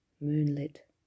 moonlit